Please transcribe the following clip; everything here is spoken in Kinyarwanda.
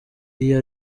iyo